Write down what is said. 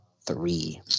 three